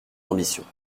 ambitions